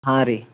ಹಾಂ ರೀ